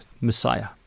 Messiah